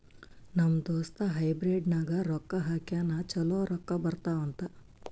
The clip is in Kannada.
ನಮ್ ದೋಸ್ತ ಹೈಬ್ರಿಡ್ ನಾಗ್ ರೊಕ್ಕಾ ಹಾಕ್ಯಾನ್ ಛಲೋ ರೊಕ್ಕಾ ಬರ್ತಾವ್ ಅಂತ್